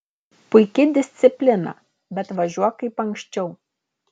puiki disciplina bet važiuok kaip anksčiau